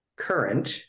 current